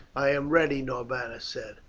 i am ready, norbanus said.